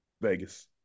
Vegas